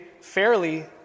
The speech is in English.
fairly